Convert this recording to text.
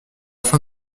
fin